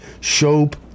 Shope